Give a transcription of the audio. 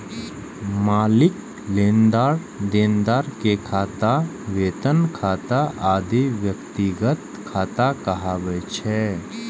मालिक, लेनदार, देनदार के खाता, वेतन खाता आदि व्यक्तिगत खाता कहाबै छै